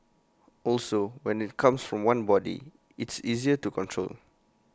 also when IT comes from one body it's easier to control